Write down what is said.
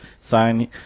sign